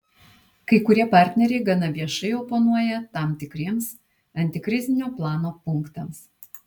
kai kurie partneriai gana viešai oponuoja tam tikriems antikrizinio plano punktams